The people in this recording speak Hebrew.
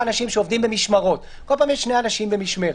אנשים שעובדים במשמרות ובכל פעם יש שני אנשים במשמרת,